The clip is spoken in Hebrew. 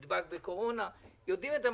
שנדבק בקורונה, יודעות את המשמעות.